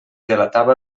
delatava